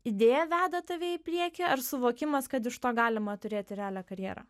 idėja veda tave į priekį ar suvokimas kad iš to galima turėti realią karjerą